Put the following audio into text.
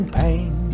pain